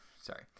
Sorry